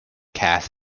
casts